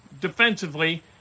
defensively